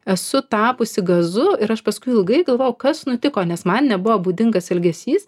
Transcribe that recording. esu tapusi gazu ir aš paskui ilgai galvojau kas nutiko nes man nebuvo būdingas elgesys